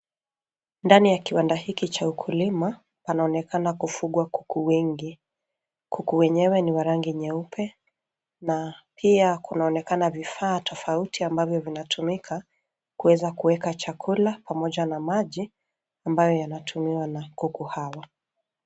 Ndani ya kiwanda hiki cha ukulima, panaonekana kufugwa kuku wengi. Kuku wenyewe ni wa rangi nyeupe na pia kunaonekana vifaa tofauti ambavyo zinatumika kuweza kuweka chakula pamoja na maji ambayo yanatumiwa na kuku hawa.